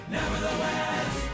nevertheless